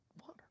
water